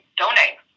donate